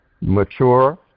mature